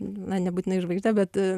na nebūtinai žvaigžde bet